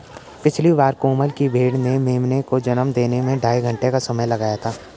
पिछली बार कोमल की भेड़ ने मेमने को जन्म देने में ढाई घंटे का समय लगाया था